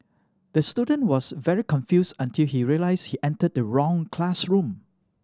the student was very confused until he realised he entered the wrong classroom